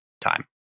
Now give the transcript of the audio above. time